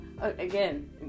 again